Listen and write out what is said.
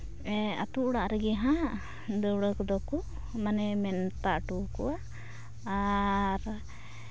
ᱟᱛᱳ ᱚᱲᱟᱜ ᱨᱮᱜᱮ ᱦᱟᱸᱜ ᱫᱟᱹᱣᱲᱟᱹ ᱠᱚᱫᱚ ᱠᱚ ᱢᱟᱱᱮ ᱢᱮᱛᱟ ᱚᱴᱚ ᱠᱚᱣᱟ ᱟᱨ